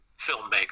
filmmaker